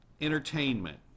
entertainment